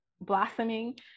blossoming